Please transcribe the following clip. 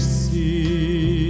see